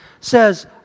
says